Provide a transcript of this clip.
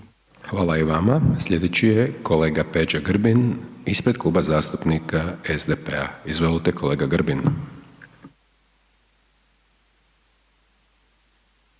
Hvala i vama. Slijedeći je kolega Peđa Grbin ispred Kluba zastupnika SDP-a. Izvolite, kolega Grbin.